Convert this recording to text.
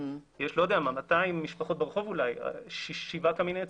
יש כ-200 משפחות ברחוב ושבעה קמיני עצים.